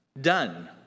done